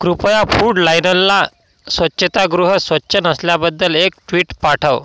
कृपया फूड लायनलला स्वच्छतागृह स्वच्छ नसल्याबद्दल एक ट्वीट पाठव